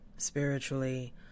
spiritually